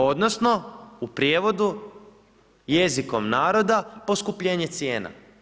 Odnosno u prijevodu, jezikom naroda, poskupljenje cijena.